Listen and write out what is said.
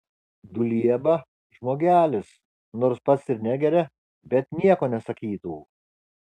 dulieba žmogelis nors pats ir negeria bet nieko nesakytų